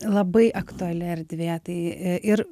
labai aktuali erdvė tai ir